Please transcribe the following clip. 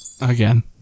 Again